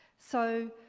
so,